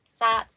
SATs